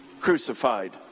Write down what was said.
crucified